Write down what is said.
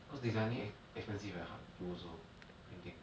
cause designing ex~ expensive and hard to do also printing